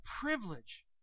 privilege